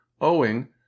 owing